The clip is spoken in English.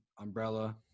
umbrella